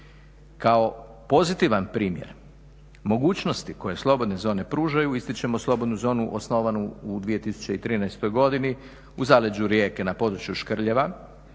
Kao pozitivan primjer mogućnosti koje slobodne zone pružaju ističemo slobodnu zonu osnovanu u 2013. godini u zaleđu Rijeke na području Škrljeva